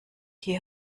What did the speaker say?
hier